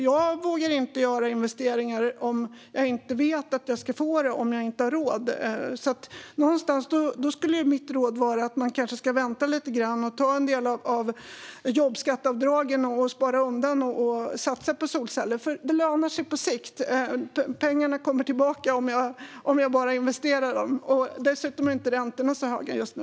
Jag vågar inte göra investeringar om jag inte vet att jag ska få stöd och om jag inte har råd. Mitt råd är att man kanske ska vänta lite grann och ta en del av jobbskatteavdraget och spara det för att satsa på solceller. Det lönar sig nämligen på sikt. Pengarna kommer tillbaka om man investerar dem. Dessutom är inte räntorna så höga just nu.